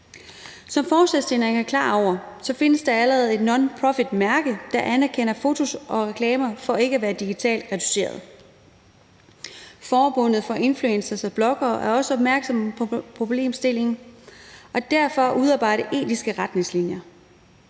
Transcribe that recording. Som forslagsstilleren er klar over, findes der allerede et nonprofitmærke, der anerkender fotos og reklamer for ikke at være digitalt retoucherede. Forbundet for Influenter & Bloggere er også opmærksomme på problemstillingen i forhold til at udarbejde etiske retningslinjer.